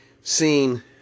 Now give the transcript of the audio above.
seen